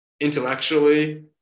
intellectually